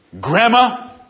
Grandma